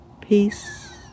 peace